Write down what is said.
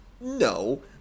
No